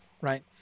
right